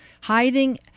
hiding